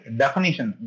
definition